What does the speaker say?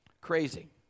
Crazy